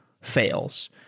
fails